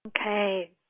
Okay